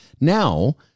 Now